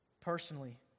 personally